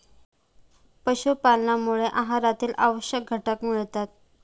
पशुपालनामुळे आहारातील आवश्यक घटक मिळतात